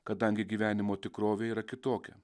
kadangi gyvenimo tikrovė yra kitokia